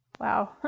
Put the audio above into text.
Wow